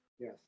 Yes